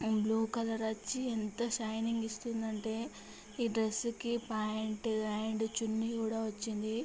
blue colour వచ్చి ఎంత shining ఇస్తుంది అంటే ఈ డ్రెస్కి ప్యాంట్ అండ్ చున్నీ కూడా వచ్చింది